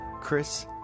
Chris